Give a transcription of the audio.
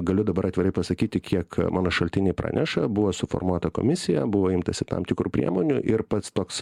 galiu dabar atvirai pasakyti kiek mano šaltiniai praneša buvo suformuota komisija buvo imtasi tam tikrų priemonių ir pats toks